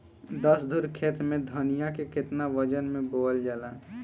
दस धुर खेत में धनिया के केतना वजन मे बोवल जाला?